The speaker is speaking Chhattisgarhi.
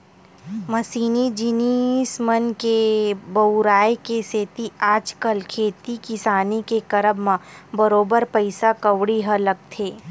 मसीनी जिनिस मन के बउराय के सेती आजकल खेती किसानी के करब म बरोबर पइसा कउड़ी ह लगथे